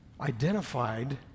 identified